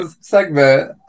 segment